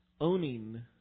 owning